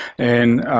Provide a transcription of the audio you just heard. and